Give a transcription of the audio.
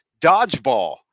dodgeball